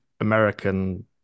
american